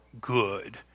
good